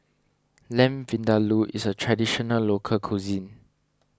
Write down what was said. Lamb Vindaloo is a Traditional Local Cuisine